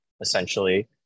essentially